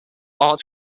art